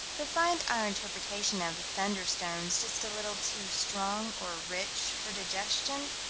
but find our interpretation of thunderstones just a little too strong or rich for digestion,